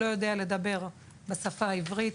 לא יודע לדבר בשפה העברית,